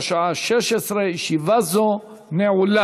בשעה 16:00. ישיבה זו נעולה.